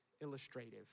illustrative